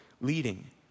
leading